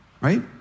Right